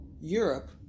Europe